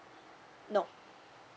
no